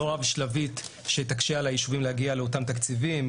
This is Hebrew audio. לא רב-שלבית שתקשה על היישובים להגיע לאותם תקציבים,